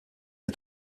est